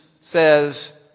says